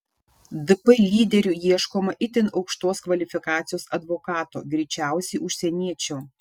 dp lyderiui ieškoma itin aukštos kvalifikacijos advokato greičiausiai užsieniečio